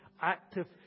active